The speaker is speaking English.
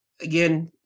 again